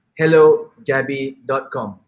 hellogabby.com